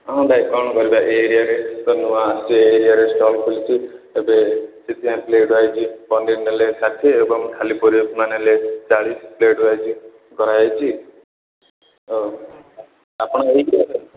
ହଁ ଭାଇ କ'ଣ କରିବା ଏ ଏରିଆରେ ତ ନୂଆ ଆସିଛି ଏଇ ଏରିଆରେ ଷ୍ଟଲ ଖୋଲିଛି ଏବେ ସେଥିପାଇଁ ପ୍ଲେଟ ୱାଇଜ ପନିର ନେଲେ ଷାଠିଏ ଏବଂ ଖାଲି ପୁରି ଉପମା ନେଲେ ଚାଳିଶ ପ୍ଲେଟ ୱାଇଜ କରାଯାଇଛି ଆପଣ ନେଇଯିବେ ସାର୍